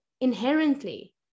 inherently